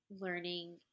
learning